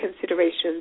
considerations